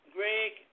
Greg